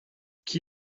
qui